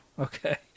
okay